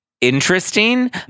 interesting